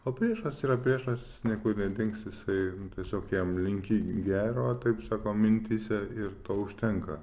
o priešas yra priešas jis niekur nedings jisai tiesiog jam linki gero taip sako mintyse ir to užtenka